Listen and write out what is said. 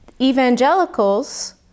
Evangelicals